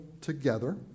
together